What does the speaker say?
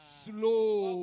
slow